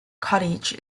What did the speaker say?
college